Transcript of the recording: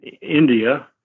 India